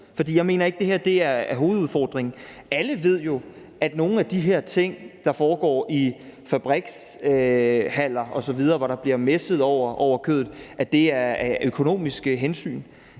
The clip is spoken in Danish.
For jeg mener ikke, at det her er hovedudfordringen. Alle ved jo, at nogle af de her ting, der foregår i fabrikshaller osv., hvor der bliver messet over kødet, er af økonomiske hensyn.